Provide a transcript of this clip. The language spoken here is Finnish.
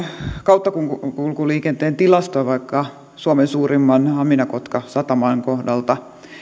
kauttakulkuliikenteen tilastoja vaikka suomen suurimman hamina kotka sataman kohdalta